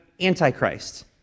Antichrist